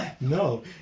No